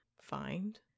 find